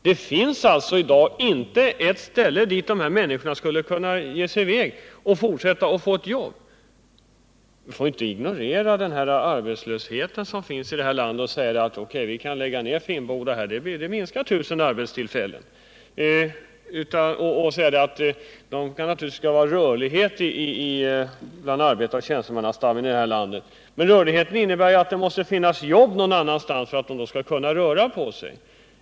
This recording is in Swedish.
Det finns i dag inte ett ställe dit de här människorna skulle kunna ge sig iväg och fortsätta att arbeta. Man får inte ignorera den arbetslöshet som finns i det här landet och säga: O.K., vi kan lägga ned Finnboda, det blir en minskning på 1 000 arbetstillfällen, och det skall naturligtvis vara en rörlighet inom arbetaroch tjänstemannastammen. Det måste ju finnas jobb för att de skall kunna röra på sig.